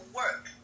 work